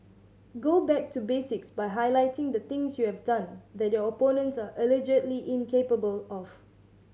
go back to basics by highlighting the things you have done that your opponents are allegedly incapable of